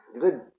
Good